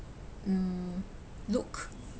mm look